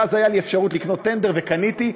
ואז הייתה לי אפשרות לקנות טנדר וקניתי,